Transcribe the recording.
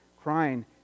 crying